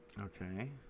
Okay